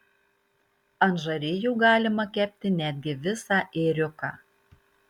ant žarijų galima kepti netgi visą ėriuką